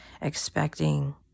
expecting